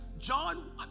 John